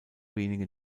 wenige